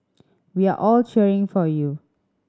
we are all cheering for you